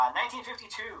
1952